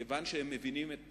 כיוון שהם מבינים את